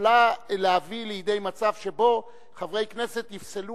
יכול להביא לידי מצב שבו חברי כנסת יפסלו